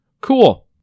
cool